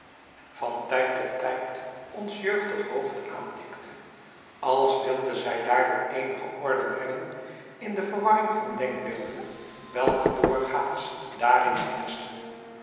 van tijd tot tijd ons jeugdig hoofd aantikte als wilde zij daardoor eenige orde brengen in de verwarring van denkbeelden welke doorgaans daarin heerschte